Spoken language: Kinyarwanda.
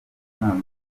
usanzwe